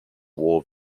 war